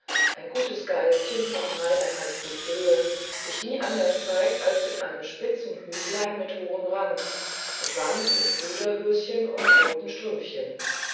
ein gutes geistchen von dreieinhalb fuß höhe sich nie anders zeige als in einem spitzen hütlein mit großem rand mit wams und pluderhöschen und roten stümpfchen